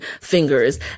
fingers